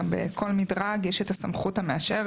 לכל מדרג יש את הסמכות המאשרת,